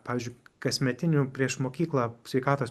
pavyzdžiui kasmetinių prieš mokyklą sveikatos